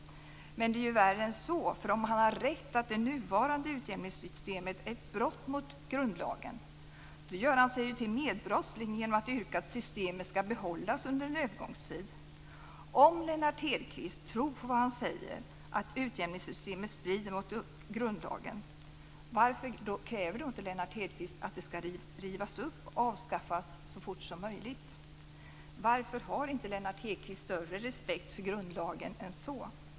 Men det är ju värre än så, för om han har rätt i att det nuvarande utjämningssystemet är ett brott mot grundlagen gör han sig ju till medbrottsling genom att yrka att systemet skall behållas under en övergångstid. Om Lennart Hedquist tror på det han säger, att utjämningssystemet strider mot grundlagen, varför kräver då inte Lennart Hedquist att det skall rivas upp och avskaffas så fort som möjligt? Varför har inte Lennart Hedquist större respekt för grundlagen än så?